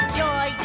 joy